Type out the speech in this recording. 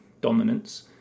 dominance